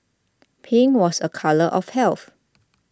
pink was a colour of health